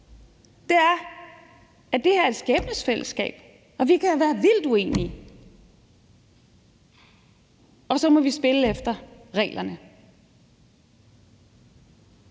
om, at det her er et skæbnefællesskab, og vi kan være vildt uenige, og så må vi spille efter reglerne.